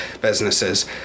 businesses